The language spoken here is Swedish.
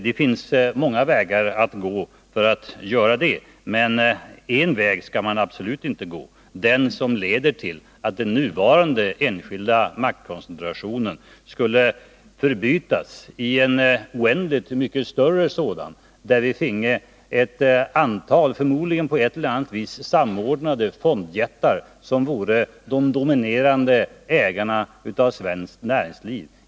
Det finns många vägar att gå för att göra det, men en av dem skall man absolut inte slå in på: den som leder till att den nuvarande enskilda maktkoncentrationen skulle förbytas i en oändligt mycket större sådan, där vi finge ett antal, förmodligen på ett eller annat vis samordnade, fondjättar som vore de dominerande ägarna av svenskt näringsliv.